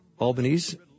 Albanese